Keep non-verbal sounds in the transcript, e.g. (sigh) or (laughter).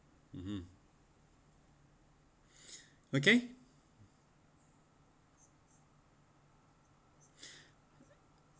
(uh huh) (breath) okay (breath)